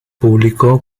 público